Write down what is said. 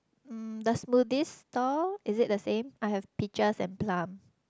mm the smoothies store is it the same I have peaches and plum